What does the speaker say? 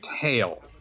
tail